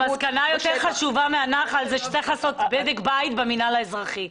המסקנה היותר חשובה מהנחל זה שצריך לעשות בדק בית במינהל האזרחי,